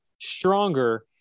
stronger